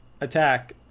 Attack